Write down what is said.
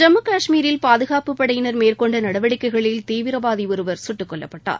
ஜம்மு கஷ்மீரில் பாதகாப்புப் படையினர் மேற்கொண்ட நடவடிக்கைகளில் தீவிரவாதி ஒருவன் சுட்டுக் கொல்லப்பட்டான்